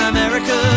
America